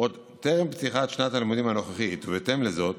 עוד טרם פתיחת שנת הלימודים הנוכחית, ובהתאם לזאת